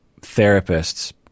therapists –